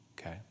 Okay